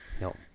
No